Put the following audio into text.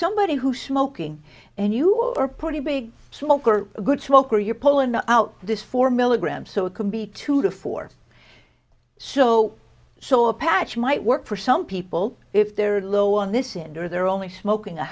somebody who smoking and you are pretty big smoker a good smoker your poll and out this four milligrams so it can be two to four so so a patch might work for some people if they're low on this it or they're only smoking a